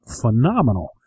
phenomenal